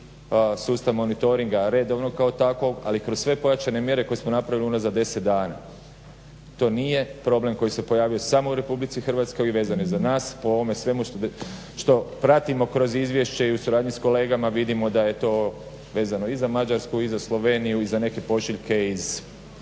sustav monitoringa redovnog kao takvog, ali kroz sve pojačane mjere koje smo napravili u nazad 10 dana. To nije problem koji se pojavio samo u RH i vezan je za nas, po ovome svemu što pratimo kroz izvješće i u suradnji s kolegama vidimo da je to vezano i za Mađarsku, i za Sloveniju, i za neke pošiljke iz samoga